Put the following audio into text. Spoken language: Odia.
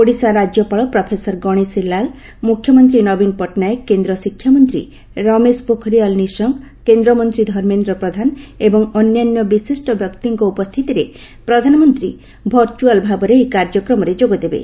ଓଡ଼ିଶା ରାଜ୍ୟପାଳ ପ୍ରଫେସର ଗଣେଶିଲାଲ ମୁଖ୍ୟମନ୍ତ୍ରୀ ନବୀନ ପଟ୍ଟନାୟକ କେନ୍ଦ୍ର ଶିକ୍ଷାମନ୍ତ୍ରୀ ରମେଶ ପୋଖରିଆଲ ନିଶଙ୍କ କେନ୍ଦ୍ରମନ୍ତ୍ର ଧର୍ମେନ୍ଦ୍ର ପ୍ରଧାନ ଏବଂ ଅନ୍ୟାନ୍ୟ ବିଶିଷ୍ଟ ବ୍ୟକ୍ତିଙ୍କ ଉପସ୍ଥିତିରେ ପ୍ରଧାନମନ୍ତ୍ରୀ ଭର୍ଚୁଆଲ୍ ଭାବରେ ଏହି କାର୍ଯ୍ୟକ୍ରମରେ ଯୋଗ ଦେବେ